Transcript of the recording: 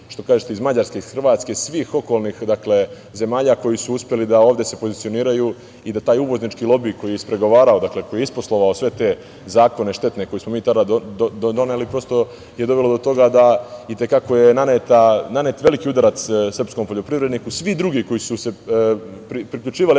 što kažete, iz Mađarske, iz Hrvatske, iz svih okolnih zemalja koji su uspeli da se ovde pozicioniraju i da taj uvodnički lobi koji je ispregovarao, koji je isposlovao sve te zakone štetne koje smo mi tada doneli, prosto je dovelo do toga da je i te kako je nanet veliki udarac srpskom poljoprivredniku. Svi drugi koji su se priključivali